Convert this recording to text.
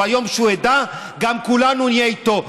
ביום שהוא ידע, כולנו נהיה איתו.